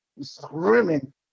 screaming